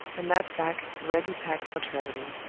a knapsack ready packed for traveling.